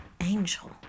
angel